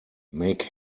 make